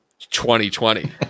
2020